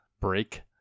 break